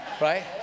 Right